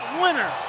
winner